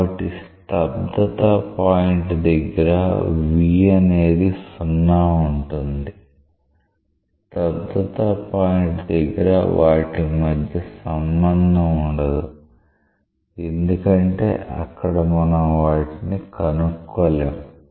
కాబట్టి స్తబ్దత పాయింట్ దగ్గర v అనేది 0 ఉంటుంది స్తబ్దత పాయింట్ దగ్గర వాటి మధ్య సంబంధం ఉండదు ఎందుకంటే అక్కడ మనం వాటిని కనుక్కోలేము